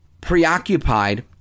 preoccupied